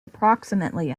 approximately